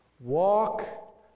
walk